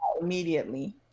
immediately